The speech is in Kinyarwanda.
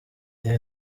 ibi